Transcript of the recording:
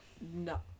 No